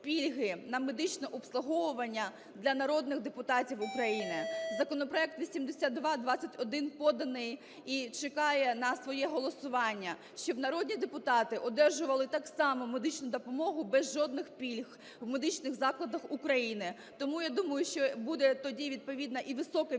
на медичне обслуговування для народних депутатів України. Законопроект 8221 поданий і чекає на своє голосування, щоб народні депутати одержувати так само медичну допомогу без жодних пільг в медичних закладах України. Тому я думаю, що буде тоді відповідно і високе відвідування